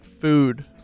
food